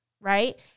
right